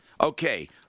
Okay